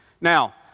Now